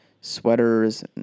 sweaters